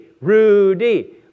Rudy